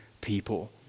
people